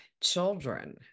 children